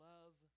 Love